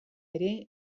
ere